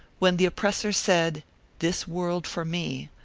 when the oppressor said this world for me!